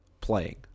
playing